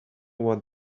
what